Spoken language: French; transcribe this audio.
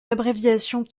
abréviations